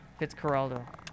Fitzcarraldo